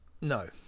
no